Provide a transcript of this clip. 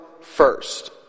first